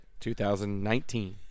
2019